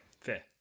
fair